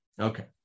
Okay